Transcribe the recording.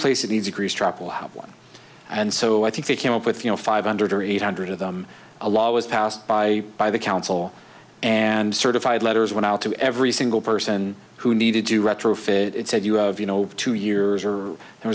place it needs a grease trap will have one and so i think they came up with you know five hundred or eight hundred of them a law was passed by by the council and certified letters went out to every single person who needed to retrofit it said you have you know over two years or there